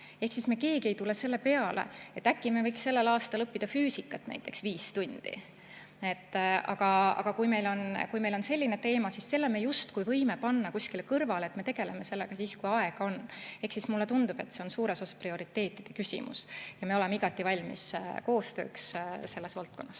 jagu! Me keegi ei tule selle peale, et äkki me võiks sellel aastal õppida näiteks füüsikat viis tundi. Aga kui meil on selline teema, siis selle me justkui võime panna kuskile kõrvale, et me tegeleme sellega siis, kui aega on. Mulle tundub, et see on suures osas prioriteetide küsimus ja me oleme igati valmis koostööks selles valdkonnas.